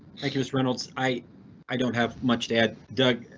thank you, miss reynolds. i i don't have much to add doug.